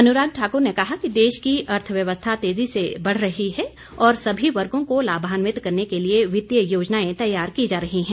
अनुराग ठाकुर ने कहा कि देश की अर्थव्यवस्था तेजी से बढ़ रही है और सभी वर्गों को लाभान्वित करने के लिए वित्तीय योजनाएं तैयार की जा रही हैं